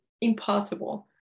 impossible